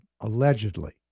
allegedly